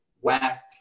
whack